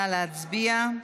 נא להצביע.